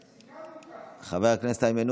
אינו נוכח, חברת הכנסת אורנה